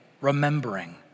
remembering